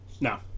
No